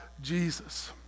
Jesus